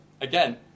again